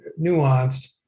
nuanced